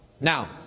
Now